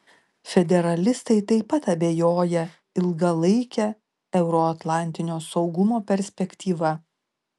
federalistai taip pat abejoja ilgalaike euroatlantinio saugumo perspektyva